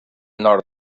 nord